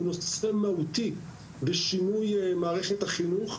אלא נושא מהותי בשינוי מערכת החינוך.